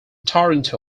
toronto